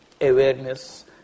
awareness